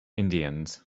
indians